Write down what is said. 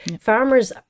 Farmers